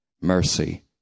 mercy